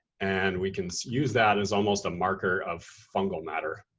and we can use that as almost a marker of fungal matter.